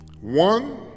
One